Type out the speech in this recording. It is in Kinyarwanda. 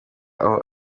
aho